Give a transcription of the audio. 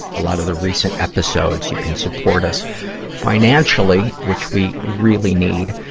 a lot of the recent episodes. you can support us financially, which we really need.